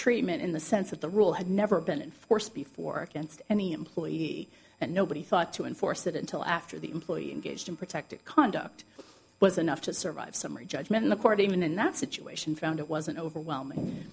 treatment in the sense that the rule had never been enforced before any employee and nobody thought to enforce it until after the employee engaged in protective conduct was enough to survive summary judgment in the court even in that situation found it wasn't overwhelming